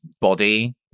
body